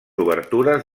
obertures